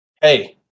Hey